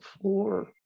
floor